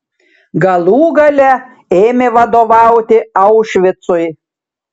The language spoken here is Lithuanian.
galų gale ėmė vadovauti aušvicui